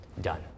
done